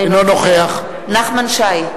אינו נוכח נחמן שי,